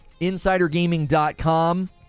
InsiderGaming.com